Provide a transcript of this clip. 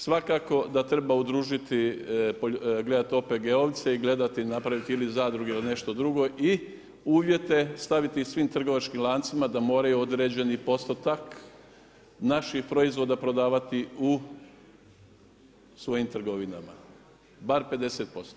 Svakako da treba udružiti gledati OPG-ovce i gledati i napraviti ili zadruge ili nešto drugo i uvjete staviti svim trgovačkim lancima da moraju određeni postotak naših proizvoda prodavati u svojim trgovinama bar 50%